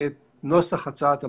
את נוסח הצעת המחליטים.